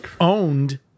owned